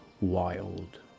wild